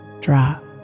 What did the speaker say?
drop